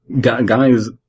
guys